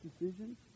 decision